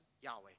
Yahweh